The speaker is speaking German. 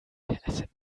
per